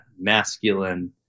masculine